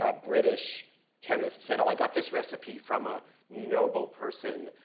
ah british chemist said oh, i got this recipe from a noble person.